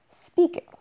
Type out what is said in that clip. speaking